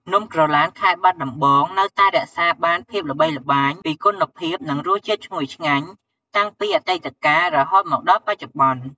នំក្រឡានខេត្តបាត់ដំបងនៅតែរក្សាបានភាពល្បីល្បាញពីគុណភាពនិងរស់ជាតិឈ្ងុយឆ្ងាញ់ តាំងពីអតីត កាលរហូតមកដល់បច្ចុប្បន្ន។